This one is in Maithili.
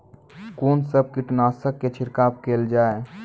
कून सब कीटनासक के छिड़काव केल जाय?